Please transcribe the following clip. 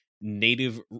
native